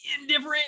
indifferent